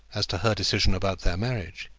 as to her decision about their marriage.